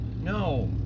No